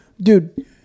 dude